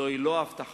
זוהי לא הבטחה,